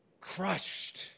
crushed